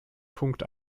punkt